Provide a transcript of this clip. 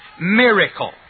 miracle